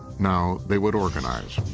now they would organize.